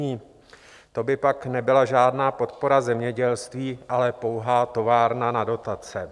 To by pak nebyla žádná podpora zemědělství, ale pouhá továrna na dotace.